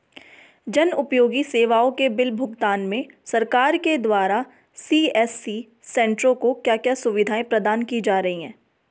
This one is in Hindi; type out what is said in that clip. जन उपयोगी सेवाओं के बिल भुगतान में सरकार के द्वारा सी.एस.सी सेंट्रो को क्या क्या सुविधाएं प्रदान की जा रही हैं?